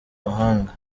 mahanga